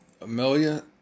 Amelia